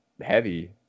heavy